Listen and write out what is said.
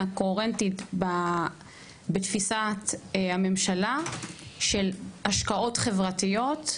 קוהרנטית בתפיסת הממשלה של השקעות חברתיות,